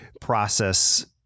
process